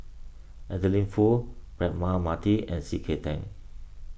Adeline Foo Braema Mathi and C K Tang